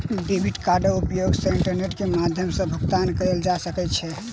debit कार्डक उपयोग सॅ इंटरनेट के माध्यम सॅ भुगतान कयल जा सकै छै